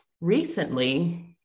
Recently